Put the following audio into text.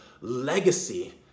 legacy